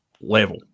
level